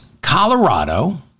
Colorado